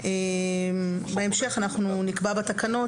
בהמשך אנחנו נקבע בתקנות